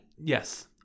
Yes